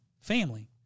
family